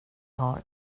har